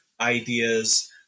ideas